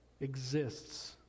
exists